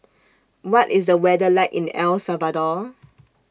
What IS The weather like in El Salvador